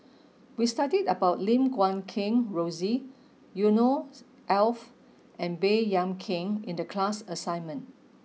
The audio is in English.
we studied about Lim Guat Kheng Rosie Yusnor Ef and Baey Yam Keng in the class assignment